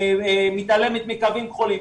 מתעלמת מקווים כחולים,